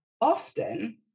often